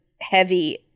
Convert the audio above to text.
heavy